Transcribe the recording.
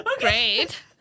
Great